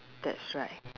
that's right